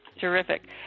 terrific